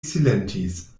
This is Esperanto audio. silentis